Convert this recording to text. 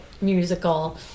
musical